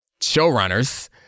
showrunners